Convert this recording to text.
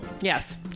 Yes